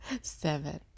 seven